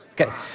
Okay